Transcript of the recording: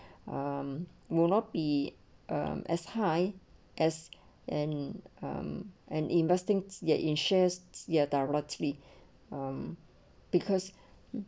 um will not be as high as and mm and investing ya ensures your directly um because